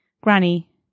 Granny